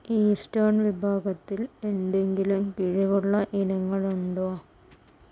eastern വിഭാഗത്തിൽ എന്തെങ്കിലും കിഴിവുള്ള ഇനങ്ങൾ ഉണ്ടോ